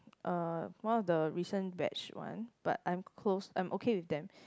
uh one of the recent batch one but I'm close I am okay with them